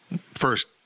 first